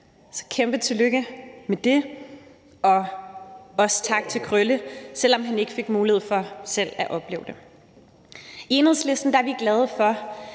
– kæmpe tillykke med det! Jeg vil også sige tak til Krølle, selv om han ikke fik mulighed for selv at opleve det. I Enhedslisten er vi glade for,